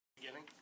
beginning